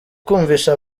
kumvisha